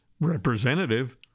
representative